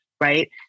Right